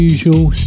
usual